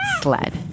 sled